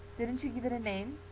didn't you give it a name?